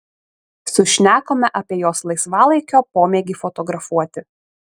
sušnekome apie jos laisvalaikio pomėgį fotografuoti